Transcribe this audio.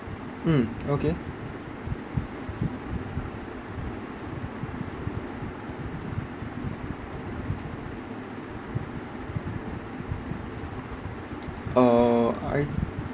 mm okay uh I